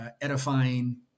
Edifying